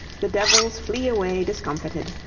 the devils flee away discomfited,